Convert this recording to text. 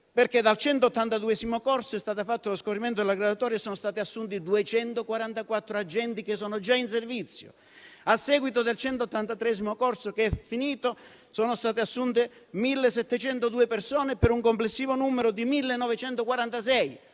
che, dal 182° corso, è stato fatto lo scorrimento delle graduatorie e sono stati assunti 244 agenti che sono già in servizio. A seguito del 183° corso, che è terminato, sono state assunte 1.702 persone, per un complessivo numero di 1.946.